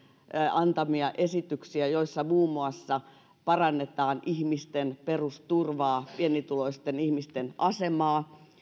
antamia esityksiä joissa muun muassa parannetaan ihmisten perusturvaa pienituloisten ihmisten asemaa ja